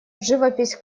живопись